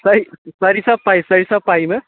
सरि सरिसब पाही सरिसब पाहीमे